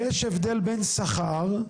ויש הבדל בין שכר,